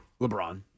LeBron